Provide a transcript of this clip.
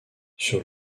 sur